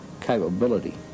capability